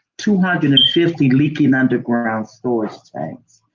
two hundred and fifty leaking underground storage tanks.